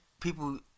people